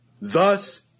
Thus